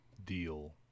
deal